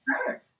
sure